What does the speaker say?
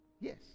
Yes